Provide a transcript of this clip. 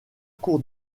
cour